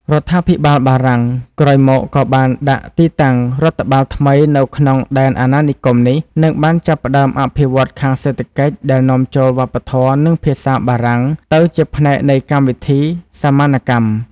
រដ្ឋាភិបាលបារាំងក្រោយមកក៏បានដាក់ទីតាំងរដ្ឋបាលថ្មីនៅក្នុងដែនអាណានិគមនេះ និងបានចាប់ផ្ដើមអភិវឌ្ឍខាងសេដ្ឋកិច្ចដែលនាំចូលវប្បធម៌និងភាសាបារាំងទៅជាផ្នែកនៃកម្មវិធីសមានកម្ម។